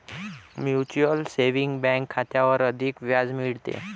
mutual saving bank खात्यावर अधिक व्याज मिळते